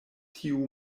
tiu